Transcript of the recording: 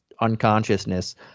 unconsciousness